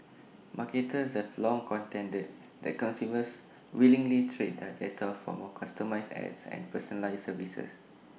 marketers have long contended that consumers willingly trade their data for more customised ads and personalised services